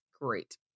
Great